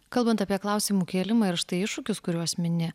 kalbant apie klausimų kėlimą ir štai iššūkius kuriuos mini